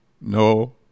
No